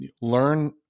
learn